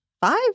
Five